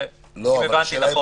אם הבנתי נכון.